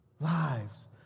lives